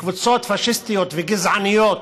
וקבוצות פאשיסטיות וגזעניות